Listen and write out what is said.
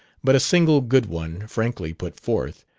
but a single good one, frankly put forth,